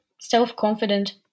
self-confident